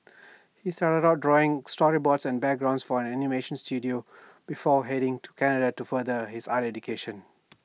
he started out drawing storyboards and backgrounds for an animation Studio before heading to Canada to further his art education